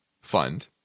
fund